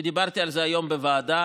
ודיברתי על זה היום בוועדה.